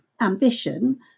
ambition